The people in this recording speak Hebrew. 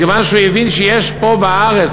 מכיוון שהוא הבין שיש פה בארץ,